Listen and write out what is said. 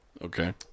Okay